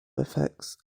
affects